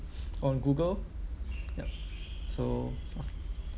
on Google yup so uh